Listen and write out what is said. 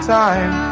time